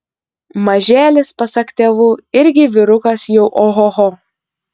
mažėlis pasak tėvų irgi vyrukas jau ohoho